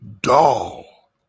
doll